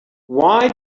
why